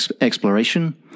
exploration